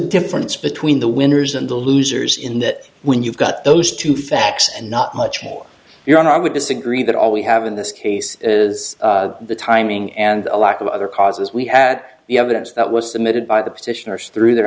difference between the winners and the losers in that when you've got those two facts and not much more your honor i would disagree that all we have in this case is the timing and the lack of other causes we had the evidence that was the minute by the petitioners through their